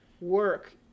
work